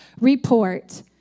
report